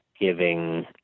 giving